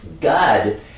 God